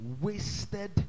wasted